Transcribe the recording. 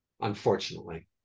unfortunately